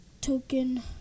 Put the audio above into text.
token